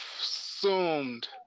assumed